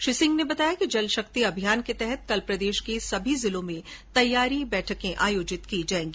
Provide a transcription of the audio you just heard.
श्री सिंह ने बताया कि जल शक्ति अभियान के तहत कल प्रदेश के सभी जिलों में तैयारी बैठक आयोजित की जाएगी